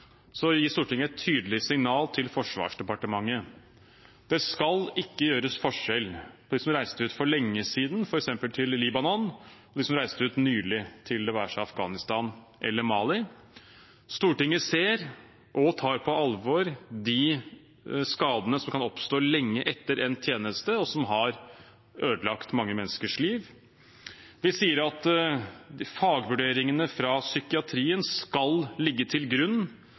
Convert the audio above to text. gir Stortinget et tydelig signal til Forsvarsdepartementet: Det skal ikke gjøres forskjell på dem som reiste ut for lenge siden, f.eks. til Libanon, og dem som reiste ut nylig, det være seg til Afghanistan eller til Mali. Stortinget ser og tar på alvor de skadene som kan oppstå lenge etter endt tjeneste, og som har ødelagt mange menneskers liv. Vi sier at fagvurderingene fra psykiatrien skal ligge til grunn